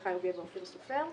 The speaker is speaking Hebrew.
מרדכי יוגב ואופיר סופר,